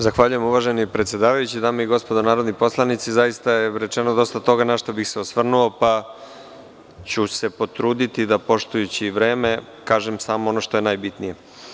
Zahvaljujem uvaženi predsedavajući, dame i gospodo narodni poslanici, zaista je rečeno dosta toga, na šta bih se osvrnu, pa ću se potruditi poštujući vreme, kažem ono što je najbitnije.